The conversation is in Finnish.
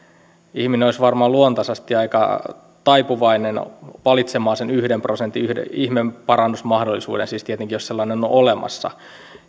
ihminen olisi varmaan luontaisesti aika taipuvainen valitsemaan sen yhden prosentin ihmeparannusmahdollisuuden siis tietenkin jos sellainen on on olemassa